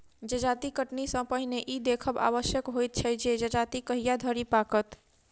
जजाति कटनी सॅ पहिने ई देखब आवश्यक होइत छै जे जजाति कहिया धरि पाकत